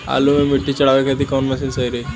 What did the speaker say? आलू मे मिट्टी चढ़ावे खातिन कवन मशीन सही रही?